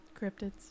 cryptids